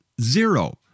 Zero